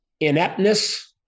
ineptness